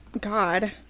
God